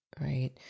Right